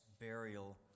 burial